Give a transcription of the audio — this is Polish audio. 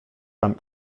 tam